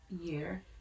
year